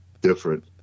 different